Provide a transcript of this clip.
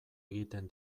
egiten